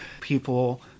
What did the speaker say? people